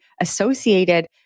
associated